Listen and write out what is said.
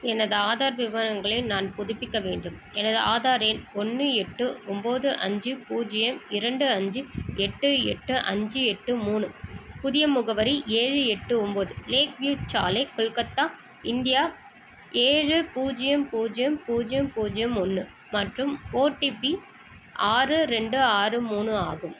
எனது ஆதார் விவரங்களை நான் புதுப்பிக்க வேண்டும் எனது ஆதார் எண் ஒன்று எட்டு ஒம்பது அஞ்சு பூஜ்யம் இரண்டு அஞ்சு எட்டு எட்டு அஞ்சு எட்டு மூணு புதிய முகவரி ஏழு எட்டு ஒம்பது லேக் வியூ சாலை கொல்கத்தா இந்தியா ஏழு பூஜ்யம் பூஜ்யம் பூஜ்யம் பூஜ்யம் ஒன்று மற்றும் ஓடிபி ஆறு ரெண்டு ஆறு மூணு ஆகும்